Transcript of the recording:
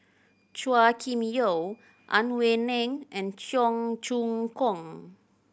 Chua Kim Yeow Ang Wei Neng and Cheong Choong Kong